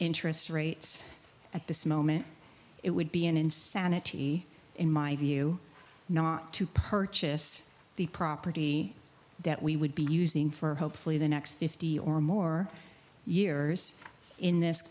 interest rates at this moment it would be an insanity in my view not to purchase the property that we would be using for hopefully the next fifty or more years in this